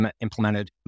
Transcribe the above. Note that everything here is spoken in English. implemented